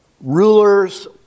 Rulers